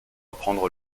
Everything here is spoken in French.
apprendre